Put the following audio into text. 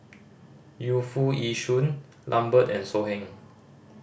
Yu Foo Yee Shoon Lambert and So Heng